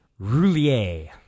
Roulier